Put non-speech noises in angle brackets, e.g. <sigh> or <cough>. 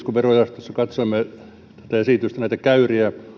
<unintelligible> kun verojaostossa katsoimme tätä esitystä näitä käyriä